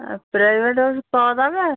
আর প্রাইভেটে ওষুধ পাওয়া যাবে